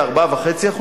ב-4.5%,